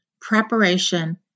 preparation